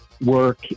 work